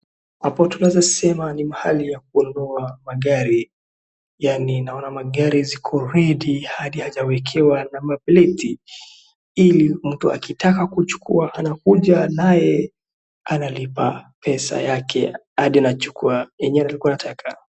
Hapo tunaweza sema ni mahali ya kununua magari yaani naona magari ziko ready hadi yakawekewa namba pleti ili mtu akitaka kuchukua anakuja naye analipa pesa yake hadi anachukua yenye alikuwa anataka.